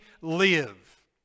live